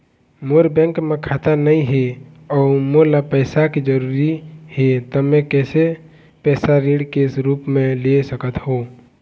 मोर bank म खाता नई हे अउ मोला पैसा के जरूरी हे त मे कैसे पैसा ऋण के रूप म ले सकत हो?